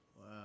Wow